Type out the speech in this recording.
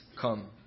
come